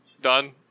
done